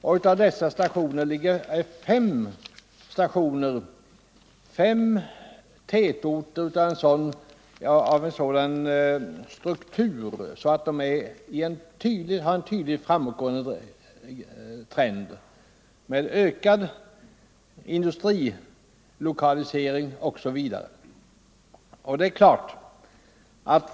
Fem av dessa stationer finns i tätorter av en sådan struktur att de visar en tydligt framåtgående trend, med ökad industrilokalisering etc.